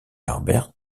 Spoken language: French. harbert